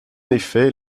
effet